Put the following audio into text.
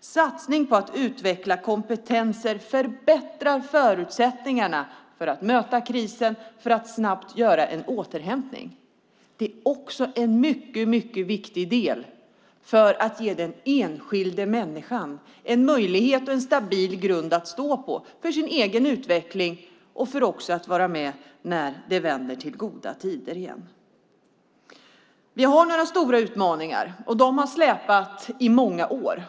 satsning på att utveckla kompetenser förbättrar förutsättningarna att möta kriser och snabbt göra en återhämtning. Det är också mycket viktigt för att ge den enskilda människan en stabil grund att stå på för sin egen utveckling och för att kunna vara med när det vänder till goda tider igen. Vi har några stora utmaningar. De har hängt med i många år.